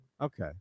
Okay